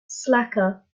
slacker